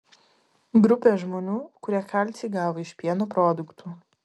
grupė žmonių kurie kalcį gavo iš pieno produktų